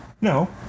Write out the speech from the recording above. No